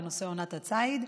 בנושא עונת הציד.